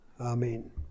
amen